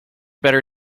better